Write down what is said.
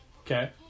Okay